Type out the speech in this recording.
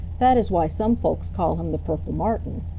that is why some folks call him the purple martin.